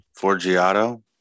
Forgiato